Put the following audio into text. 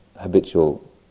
habitual